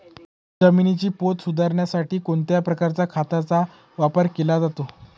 जमिनीचा पोत सुधारण्यासाठी कोणत्या प्रकारच्या खताचा वापर केला जातो?